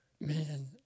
man